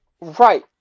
Right